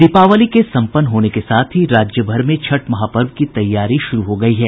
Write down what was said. दीपावली के सम्पन्न होने के साथ ही राज्य भर में छठ महापर्व की तैयारी शुरू हो गयी है